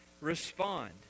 respond